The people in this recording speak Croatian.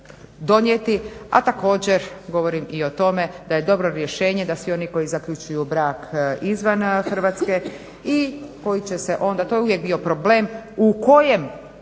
A također govorim i o tome da je dobro rješenje da svi oni koji zaključuju brak izvan Hrvatske i koji će se onda, to je uvijek bio problem u kojem